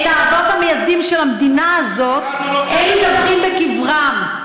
יש לנו חוק לאום משלנו.